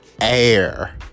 air